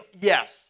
yes